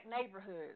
neighborhoods